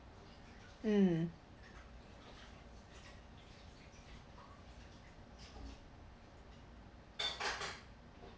mm